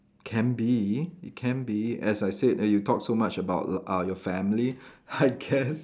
can be it can be as I said you talk so much about l~ uh your family I guess